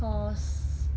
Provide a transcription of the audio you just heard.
cause